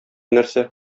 нәрсә